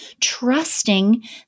trusting